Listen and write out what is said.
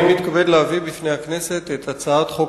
אני מתכבד להביא בפני הכנסת את הצעת חוק